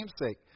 namesake